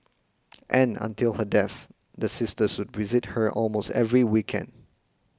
and until her death the sisters should visit her almost every weekend